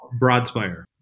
Broadspire